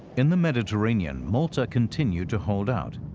in the mediterranean, malta continued to hold out.